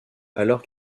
alors